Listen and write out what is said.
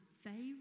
favorite